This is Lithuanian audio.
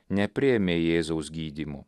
nepriėmė jėzaus gydymo